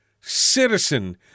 citizen